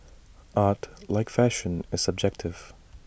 art like fashion is subjective